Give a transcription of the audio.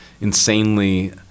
insanely